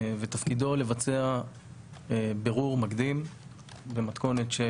ותפקידו לבצע בירור מקדים במתכונת של